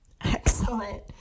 Excellent